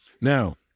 Now